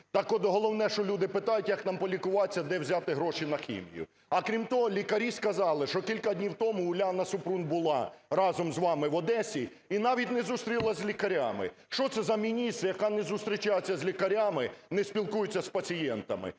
Так от головне, що люди питають: "Як нам полікуватися? Де взяти гроші на "хімію"?". А, крім того, лікарі сказали, що кілька днів тому Уляна Супрун була разом з вами Одесі і навіть не зустрілась з лікарями. Що це за міністр, яка не зустрічається з лікарями, не спілкується з пацієнтами?